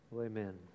Amen